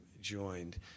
joined